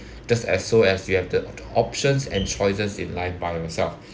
just as so as you have the options and choices in life by yourself